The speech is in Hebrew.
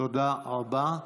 תודה רבה.